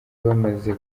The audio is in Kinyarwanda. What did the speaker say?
bamaze